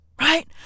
Right